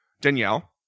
Danielle